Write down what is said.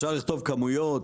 אפשר לכתוב כמויות,